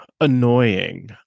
annoying